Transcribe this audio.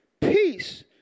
Peace